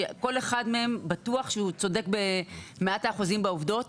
שכל אחד מהם בטוח שהוא צודק במאת האחוזים בעובדות,